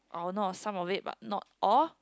I will know of some of it but not all